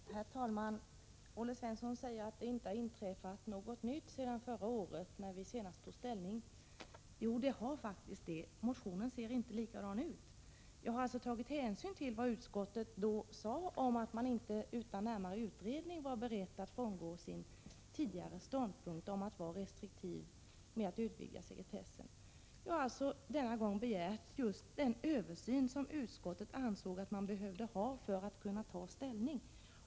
Herr talman! Olle Svensson säger att det inte har inträffat någon nytt sedan förra året, när vi senast tog ställning till den här frågan. Men det har faktiskt gjort det. Årets motion ser inte likadan ut. Jag har tagit hänsyn till vad utskottet förra gången sade om att man inte utan närmare utredning var beredd att frångå sin tidigare ståndpunkt, dvs. att vara restriktiv när det gäller att utvidga sekretessen. I den nu aktuella motionen har jag alltså begärt just den översyn som utskottet ansåg som nödvändig för att man skulle kunna ta ställning.